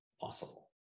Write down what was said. possible